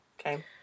Okay